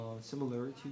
similarity